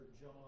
John